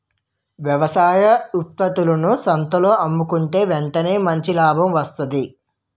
వ్యవసాయ ఉత్త్పత్తులను సంతల్లో అమ్ముకుంటే ఎంటనే మంచి లాభం వస్తాది